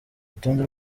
rutonde